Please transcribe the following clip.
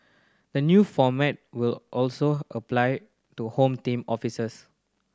the new format will also apply to Home Team officers